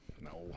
No